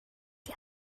die